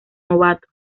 novato